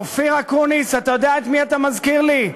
אופיר אקוניס, אתה יודע את מי אתה מזכיר לי?